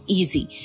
easy